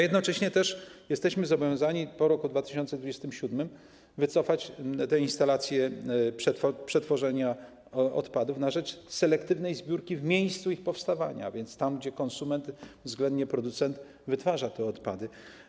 Jednocześnie też jesteśmy zobowiązani po roku 2027 wycofać instalacje przetworzenia odpadów na rzecz selektywnej zbiórki w miejscu ich powstawania, a więc tam, gdzie konsument, względnie producent wytwarza te odpady.